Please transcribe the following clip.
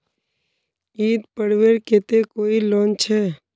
ईद पर्वेर केते कोई लोन छे?